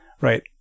right